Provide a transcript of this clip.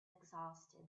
exhausted